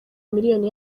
miliyoni